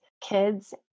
kids